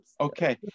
Okay